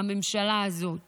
הממשלה הזאת